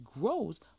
grows